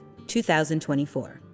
2024